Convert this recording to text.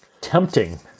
tempting